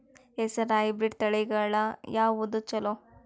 ಹೆಸರ ಹೈಬ್ರಿಡ್ ತಳಿಗಳ ಯಾವದು ಚಲೋ?